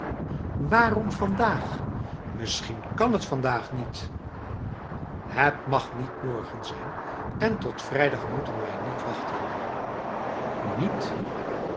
waarom vandaag misschien kan het vandaag nietf het mag niet morgen zijn en tot vrijdag moeten wij niet wachten nietf